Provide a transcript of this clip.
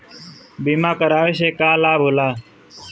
बीमा करावे से का लाभ होला?